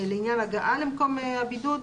לעניין הגעה למקום הבידוד.